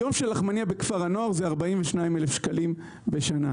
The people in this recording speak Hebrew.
יום של לחמניה בכפר הנוער זה 42,000 שקלים בשנה,